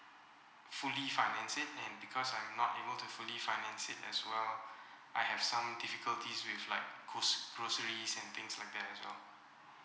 fully finance it and because I'm not able to fully finance it as well I have some difficulties with like gro~ groceries and things like that as well